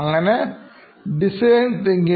അങ്ങനെ അവർ ചുറ്റുപാടുകൾ മനസ്സിലാക്കാൻ തുടങ്ങി